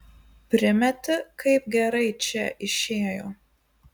primeti kaip gerai čia išėjo